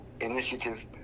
initiative